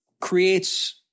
creates